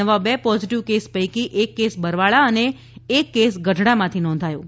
નવા બે positive case પૈકી એક કેસ બરવાળા અને એક કેસ ગઢડામાંથી નોંધાયેલ છે